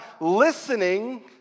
Listening